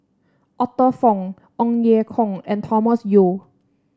Arthur Fong Ong Ye Kung and Thomas Yeo